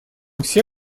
все